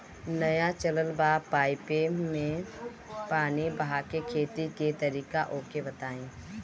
नया चलल बा पाईपे मै पानी बहाके खेती के तरीका ओके बताई?